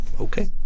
okay